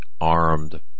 armed